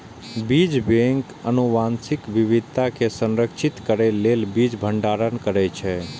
बीज बैंक आनुवंशिक विविधता कें संरक्षित करै लेल बीज भंडारण करै छै